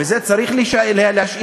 וזה צריך להשאיר.